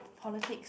politics